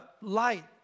light